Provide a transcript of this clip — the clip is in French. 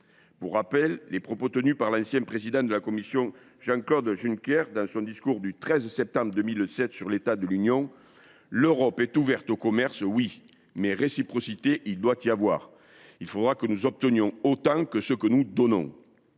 Je rappellerai les propos de l’ancien président de la Commission européenne, Jean Claude Juncker, dans son discours du 13 septembre 2017 sur l’état de l’Union :« L’Europe est ouverte au commerce, oui. Mais réciprocité il doit y avoir. Il faudra que nous obtenions autant que ce que nous donnons.